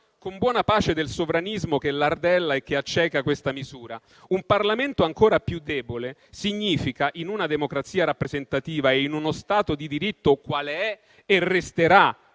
con buona pace del sovranismo che lardella e acceca questa misura, un Parlamento ancora più debole, in una democrazia rappresentativa e in uno Stato di diritto qual è e resterà,